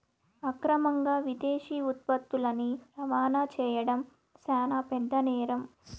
అక్రమంగా విదేశీ ఉత్పత్తులని రవాణా చేయడం శాన పెద్ద నేరం